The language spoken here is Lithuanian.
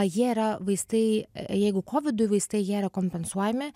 jie yra vaistai jeigu kovidui vaistai jie yra kompensuojami